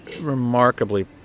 remarkably